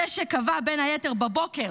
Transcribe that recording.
זה שקבע בין היתר בבוקר